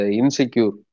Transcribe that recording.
insecure